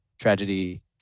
tragedy